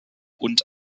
und